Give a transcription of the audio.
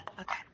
Okay